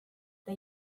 the